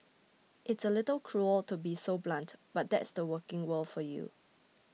it's a little cruel to be so blunt but that's the working world for you